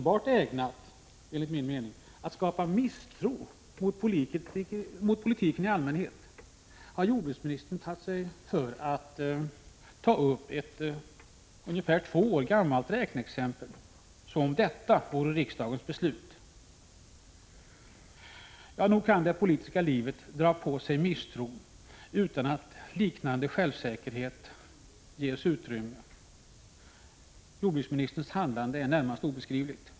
Det är enligt min mening enbart ägnat att skapa misstroende mot politiken i allmänhet när jordbruksministern tar upp ett två år gammalt räkneexempel som om det vore riksdagens beslut. Nog kan det politiska livet dra på sig misstro utan att liknande självsäkerhet ges utrymme. Jordbruksministerns handlande är närmast obeskrivligt.